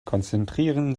konzentrieren